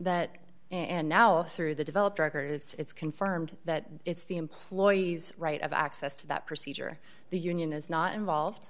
that and now through the developed record it's confirmed that it's the employees right of access to that procedure the union is not involved